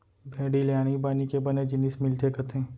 भेड़ी ले आनी बानी के बने जिनिस मिलथे कथें